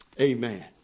Amen